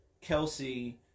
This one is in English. Kelsey